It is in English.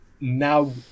now